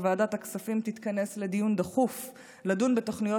שוועדת הכספים תתכנס לדיון דחוף כדי לדון בתוכניות